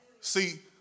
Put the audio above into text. See